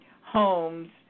homes